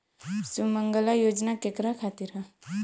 सुमँगला योजना केकरा खातिर ह?